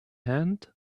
hand